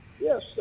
Yes